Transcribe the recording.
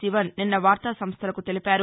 శివన్ నిన్న వార్తా సంస్థలకు తెలిపారు